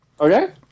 Okay